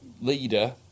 leader